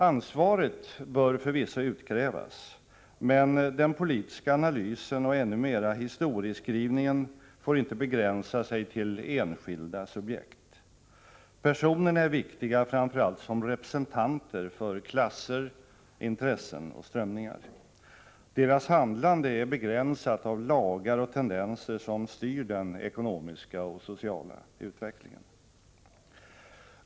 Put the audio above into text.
Ansvaret bör förvisso utkrävas, men den politiska analysen och ännu mera historieskrivningen får inte begränsa sig till enskilda subjekt. Personerna är viktiga framför allt som representanter för klasser, intressen och strömningar. Deras handlande är begränsat av lagar och tendenser som styr den ekonomiska och sociala utvecklingen.